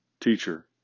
teacher